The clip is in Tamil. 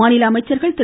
மாநில அமைச்சர்கள் திரு